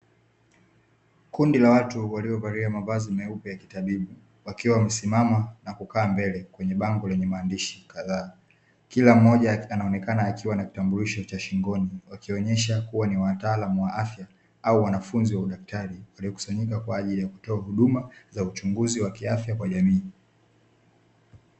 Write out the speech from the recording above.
Kundi la watu waliovalia mavazi ya kitabibu wakiwa mbele ya bango kila mmoja akiwa na utafiti wa kutoa. elimu kwa jamii wanaonekana kuwa n madaktari